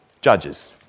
judges